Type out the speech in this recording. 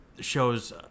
shows